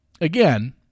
again